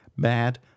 bad